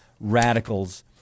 radicals